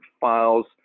files